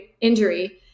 injury